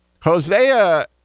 Hosea